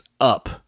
up